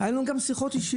היו לנו גם שיחות אישיות.